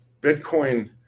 Bitcoin